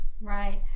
Right